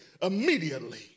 immediately